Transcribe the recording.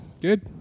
Good